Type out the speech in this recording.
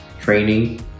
training